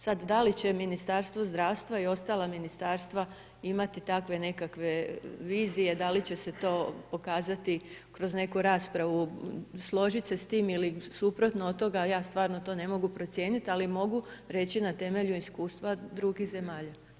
Sad da li će Ministarstvo zdravstva i ostala Ministarstva imati takve nekakve vizije, da li će se to pokazati kroz neku raspravu, složit se s tim ili suprotno od toga, ja stvarno to ne mogu procijeniti, ali mogu reći na temelju iskustva drugih zemalja.